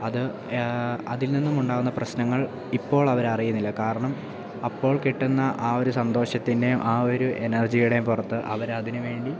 അത് അതിൽനിന്നും ഉണ്ടാകുന്ന പ്രശ്നങ്ങൾ ഇപ്പോൾ അവർ അറിയുന്നില്ല കാരണം അപ്പോൾ കിട്ടുന്ന ആ ഒരു സന്തോഷത്തിൻ്റെയും ആ ഒരു എനർജിയുടെയും പുറത്ത് അവരതിന് വേണ്ടി